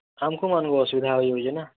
ଆମ୍କୁ ମାନକୁ ଅସୁବିଧା ହେଇଯାଉଛେ ନା